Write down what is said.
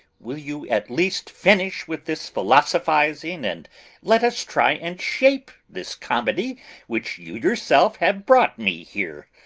will you at least finish with this philosophizing and let us try and shape this comedy which you yourself have brought me here?